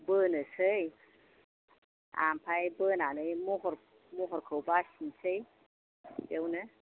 बोनोसै ओमफ्राय बोनानै महरखौ सायख'नोसै एवनो